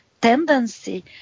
tendency